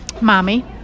Mommy